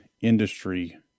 industry